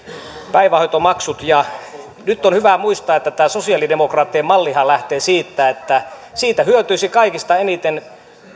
päivähoitomaksut nyt on hyvä muistaa että tämä sosiaalidemokraattien mallihan lähtee siitä että siitä hyötyisivät kaikista eniten